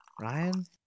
Ryan